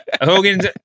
Hogan's